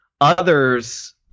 Others